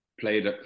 played